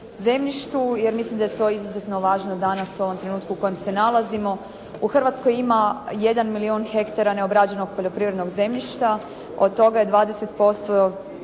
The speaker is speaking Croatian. zemljištu jer mislim da je to izuzetno važno danas u ovom trenutku u kojem se nalazimo. U Hrvatskoj ima 1 milijun hektara neobrađenog poljoprivrednog zemljišta, od toga je 20%